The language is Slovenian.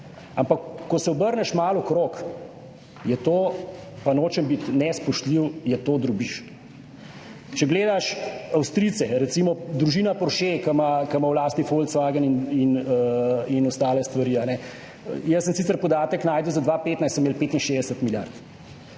ampak ko se obrneš malo okrog je to, pa nočem biti nespoštljiv, je to drobiž, če gledaš Avstrijce, recimo družina Porsche, ki ima v lasti Volkswagen in ostale stvari, jaz sem sicer podatek našel za 2015 se imeli 65 milijard.